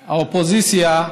שהאופוזיציה,